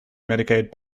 mitigate